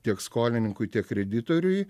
tiek skolininkui tiek kreditoriui